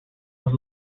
was